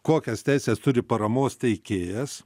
kokias teises turi paramos teikėjas